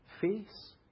face